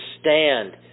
stand